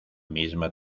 misma